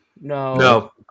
No